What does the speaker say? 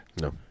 No